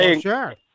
sure